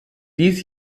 dies